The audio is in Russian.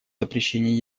запрещении